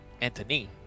Anthony